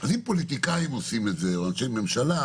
אם פוליטיקאים עושים את זה או אנשי ממשלה,